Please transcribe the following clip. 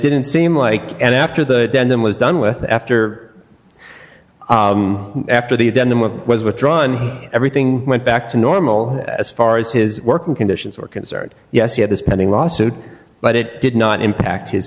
didn't seem like and after the denim was done with after after the adenoma was withdrawn everything went back to normal as far as his working conditions were concerned yes he had this pending lawsuit but it did not impact his